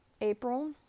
April